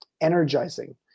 energizing